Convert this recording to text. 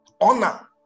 Honor